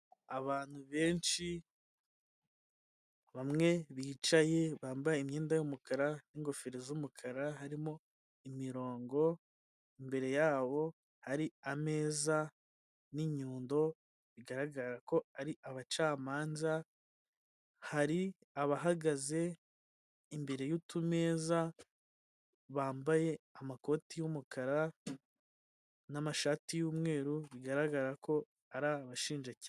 Abantu benshi bamwe bicaye bambaye imyenda y'umukara n'ingofero z'umukara harimo imirongo imbere yabo hari ameza n'inyundo bigaragara ko ari abacamanza, hari abahagaze imbere y'utumeza bambaye amakoti y'umukara n'amashati y'umweru bigaragara ko ari abashinjacyaha.